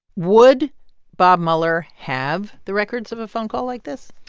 would bob mueller have the records of a phone call like this?